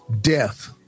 death